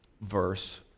verse